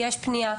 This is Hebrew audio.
יש פנייה,